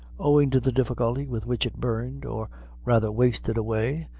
owing to the difficulty with which it burned, or rather wasted away,